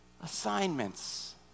assignments